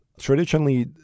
Traditionally